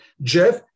Jeff